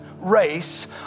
race